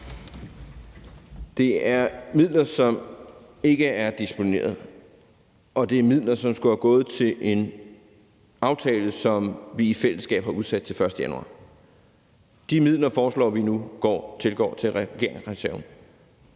Det er midler, som ikke er disponeret, og det er midler, som skulle have gået til en aftale, som vi i fællesskab har udsat til den 1. januar. De midler foreslår vi nu tilgår regeringsreserven